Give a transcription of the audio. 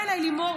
באה אליי לימור,